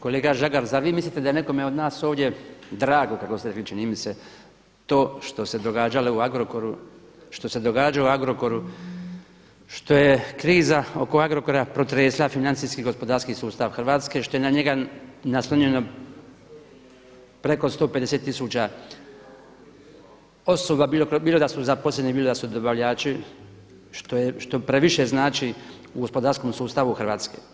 Kolega Žagar, zar vi mislite da je nekome od nas ovdje drago kako ste rekli, čini mi se to što se događalo u Agrokoru, što se događa u Agrokoru, što je kriza oko Agrokora protresla financijski i gospodarski sustav Hrvatske, što je na njega naslonjeno preko 150 tisuća osoba bilo da su zaposleni, bilo da su dobavljači što previše znači u gospodarskom sustavu Hrvatske.